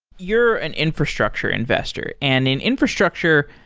you're an infrastructure investor, and in infrastructure,